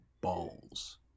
Balls